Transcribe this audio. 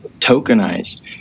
tokenize